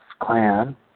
clan